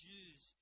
Jews